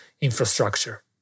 infrastructure